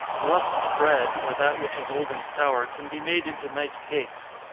rusked bread, or that which is old and sour, can be made into nice cakes.